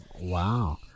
Wow